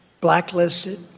blacklisted